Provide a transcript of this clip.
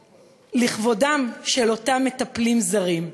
לכבודם של אותם מטפלים זרים,